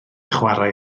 chwarae